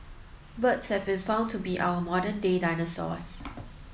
birds have been found to be our modern day dinosaurs